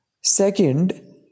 Second